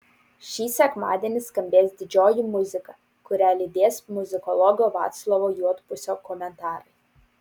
šį sekmadienį skambės didžioji muzika kurią lydės muzikologo vaclovo juodpusio komentarai